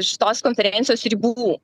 šitos konferencijos ribų